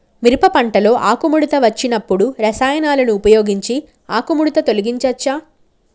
మిరప పంటలో ఆకుముడత వచ్చినప్పుడు రసాయనాలను ఉపయోగించి ఆకుముడత తొలగించచ్చా?